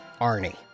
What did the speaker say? Arnie